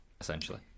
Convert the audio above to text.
essentially